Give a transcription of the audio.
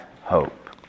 hope